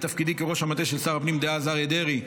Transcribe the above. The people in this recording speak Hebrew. בתפקידי כראש המטה של שר הפנים דאז אריה דרעי,